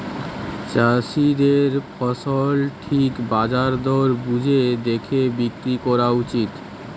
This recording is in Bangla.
চাষীদের ফসল ঠিক বাজার দর বুঝে দেখে বিক্রি কোরা উচিত